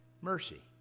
mercy